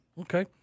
Okay